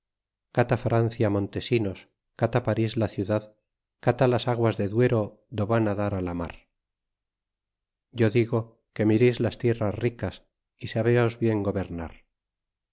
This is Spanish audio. cata francia montesinos cata paris la ciudad cata las aguas de duero do van dar á la mar yo digo que mireis las tierras ricas y sabeos bien gobernar